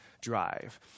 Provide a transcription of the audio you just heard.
drive